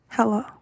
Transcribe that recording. Hello